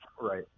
Right